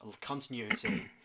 continuity